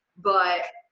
but